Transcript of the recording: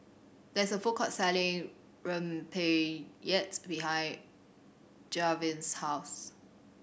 there is a food court selling rempeyeks behind Gavyn's house